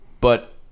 But-